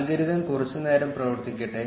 algorithm കുറച്ചുനേരം പ്രവർത്തിക്കട്ടെ